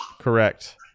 Correct